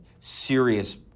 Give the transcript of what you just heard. serious